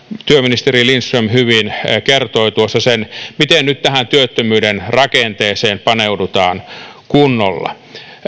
työministeri lindström hyvin kertoi tuossa sen miten nyt tähän työttömyyden rakenteeseen paneudutaan kunnolla